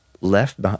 left